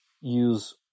use